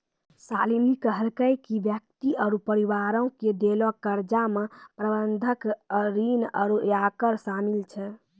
शालिनी कहलकै कि व्यक्ति आरु परिवारो के देलो कर्जा मे बंधक ऋण आरु आयकर शामिल छै